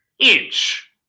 inch